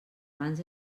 abans